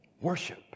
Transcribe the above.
Worship